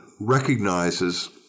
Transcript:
recognizes